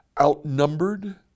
Outnumbered